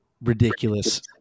ridiculous